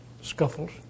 scuffles